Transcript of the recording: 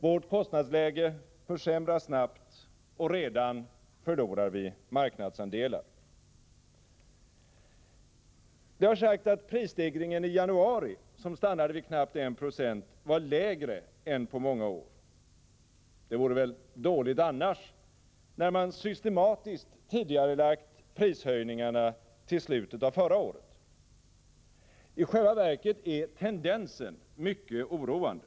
Vårt kostnadsläge försämras snabbt, och redan förlorar vi marknadsandelar. Det har sagts att prisstegringen i januari, som stannade vid knappt 1 96, var lägre än på många år. Det vore väl dåligt annars, när man systematiskt tidigarelagt prishöjningarna till slutet av förra året. I själva verket är tendensen mycket oroande.